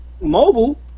mobile